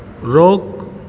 रोकु